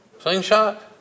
Slingshot